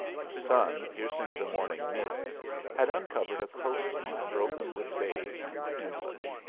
the sun piercing the morning mists had uncovered a coast-line broken with bays and inlets.